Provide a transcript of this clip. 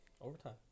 Overtime